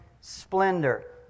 splendor